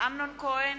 אמנון כהן,